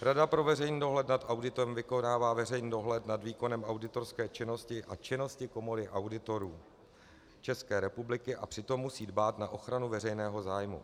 Rada pro veřejný dohled nad auditem vykonává veřejný dohled nad výkonem auditorské činnosti a činností Komory auditorů České republiky a přitom musí dbát na ochranu veřejného zájmu.